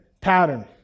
pattern